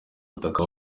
butaka